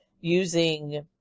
using